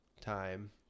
time